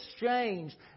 exchange